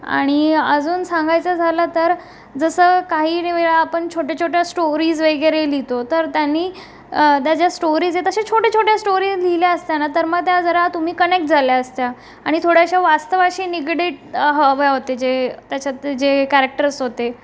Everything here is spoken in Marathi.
आणि अजून सांगायचं झालं तर जसं काहीन वेळा आपण छोट्या छोट्या स्टोरीज वगैरे लिहितो तर त्यांनी त्या ज्या स्टोरीज एत अशा छोट्या छोट्या स्टोरीज लिहिल्या असत्या ना तर मग त्या जरा तुम्ही कनेक्ट झाल्या असत्या आणि थोड्याशा वास्तवाशी निगडीत हव्या होत्या जे त्याच्यातले जे कॅरॅक्टर्स होते